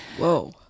Whoa